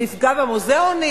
זה יפגע במוזיאונים.